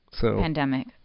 Pandemic